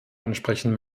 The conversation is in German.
ansprechen